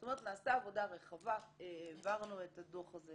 זאת אומרת, נעשתה עבודה רחבה, העברנו את הדוח הזה